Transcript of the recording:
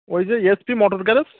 ওই যে SP motor garage